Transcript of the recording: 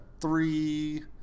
Three